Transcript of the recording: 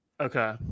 Okay